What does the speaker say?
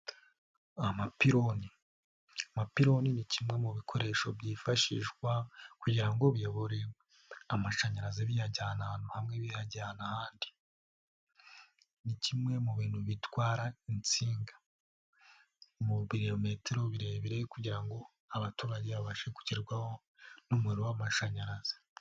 Amapironi. Amapironi ni kimwe mu bikoresho byifashishwa kugira ngo biyobore amashanyarazi biyajyana ahantu hamwe biyajyana ahandi. Ni kimwe mu bintu bitwara insinga mu birometero birebire kugira ngo abaturage babashe kugerwaho n'umuriro w'amashanyarazi.